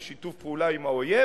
לשיתוף פעולה עם האויב.